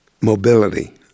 mobility